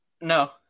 No